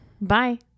bye